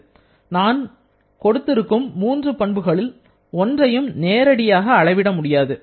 இங்கே நான் கொடுத்திருக்கும் மூன்று பண்புகளில் ஒன்றையும் நேரடியாக அளவிட முடியாது